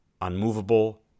unmovable